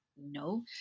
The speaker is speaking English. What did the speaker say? No